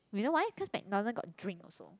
you know why cause McDonald got drinks also